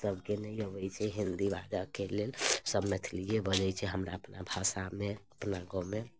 सबके नहि अबैत छै हिन्दी बाजऽ के लेल सब मैथिलिये बजैत छै हमरा अपना भाषामे अपना गाँवमे